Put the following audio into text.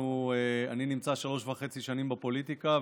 אני נמצא שלוש וחצי שנים בפוליטיקה,